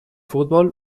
fútbol